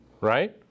Right